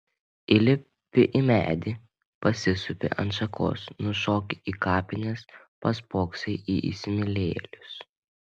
įlipi į medį pasisupi ant šakos nušoki į kapines paspoksai į įsimylėjėlius